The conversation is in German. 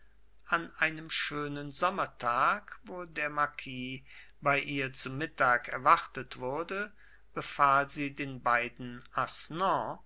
an einem schönen sommertag wo der marquis bei ihr zu mittag erwartet wurde befahl sie den beiden